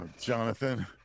Jonathan